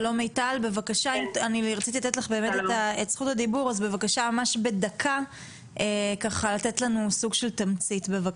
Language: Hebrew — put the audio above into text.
שלום מיטל, ממש בדקה לתת לנו תמצית הדברים.